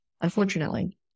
unfortunately